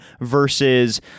versus